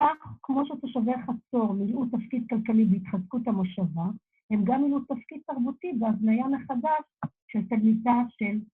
‫אך כמו שתושבי חצור מילאו ‫תפקיד כלכלי בהתחזקות המושבה, ‫הם גם מילאו תפקיד תרבותי ‫בהבניה מחדש של תדמיתה של...